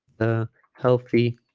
the healthy